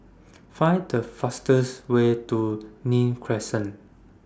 Find The fastest Way to Nim Crescent